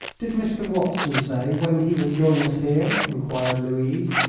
did mr. watson say when he would join us here? enquired louise,